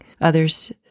others